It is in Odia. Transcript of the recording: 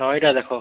ହଁ ଇ'ଟା ଦେଖ